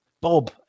bob